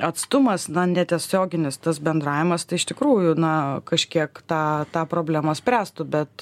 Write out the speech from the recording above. atstumas na netiesioginis tas bendravimas tai iš tikrųjų na kažkiek tą tą problemą spręstų bet